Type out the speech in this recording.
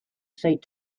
saint